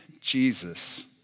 Jesus